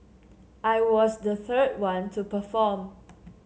I was the third one to perform